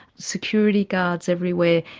security guards everywhere.